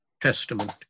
Testament